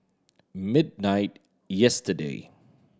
midnight yesterday